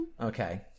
Okay